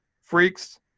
Freaks